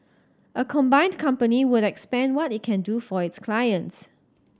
a combined company would expand what it can do for its clients